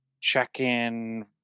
check-in